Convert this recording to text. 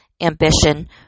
ambition